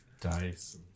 dice